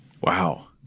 Wow